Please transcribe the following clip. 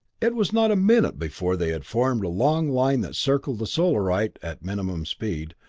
it was not a minute before they had formed a long line that circled the solarite at minimum speed,